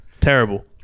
Terrible